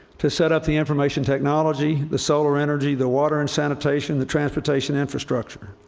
to set up the information technology, the solar energy, the water and sanitation, the transportation infrastructure.